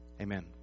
Amen